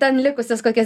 ten likusias kokias